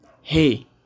hey